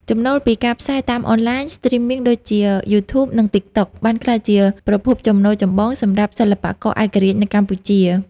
ចំណូលពីការផ្សាយតាមអនឡាញ Streaming ដូចជា YouTube និង TikTok បានក្លាយជាប្រភពចំណូលចម្បងសម្រាប់សិល្បករឯករាជ្យនៅកម្ពុជា។